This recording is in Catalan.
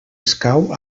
escau